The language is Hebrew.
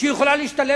או פקיד ששותה תה.